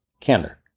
Candor